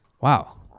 wow